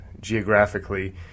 geographically